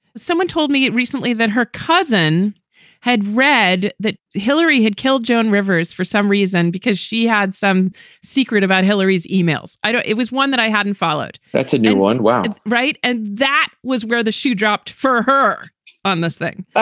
someone told me recently that her cousin had read that hillary had killed joan rivers for some reason because she had some secret about hillary's emails. i don't it was one that i hadn't followed. that's a new one. wow. right. and that was where the shoe dropped for her on this thing.